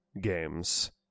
games